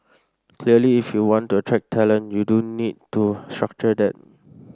clearly if you want to attract talent you do need to structure that